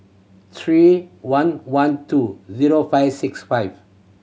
three one one two zero five six five